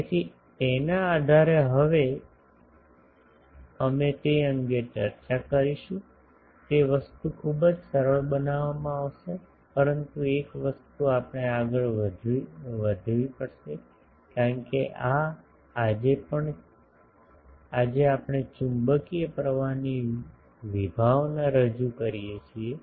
તેથી તેના આધારે હવે અમે તે અંગે ચર્ચા કરીશું તે વસ્તુ ખૂબ જ સરળ બનાવવામાં આવશે પરંતુ એક વસ્તુ આપણે આગળ વધવી પડશે કારણ કે આ આજે આપણે ચુંબકીય પ્રવાહની વિભાવના રજૂ કરીએ છીએ